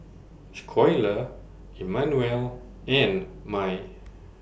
Schuyler Immanuel and Mai